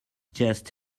just